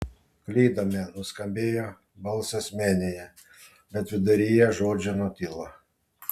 klydome nuskambėjo balsas menėje bet viduryje žodžio nutilo